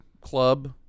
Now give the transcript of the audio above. Club